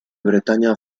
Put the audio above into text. bretaña